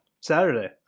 Saturday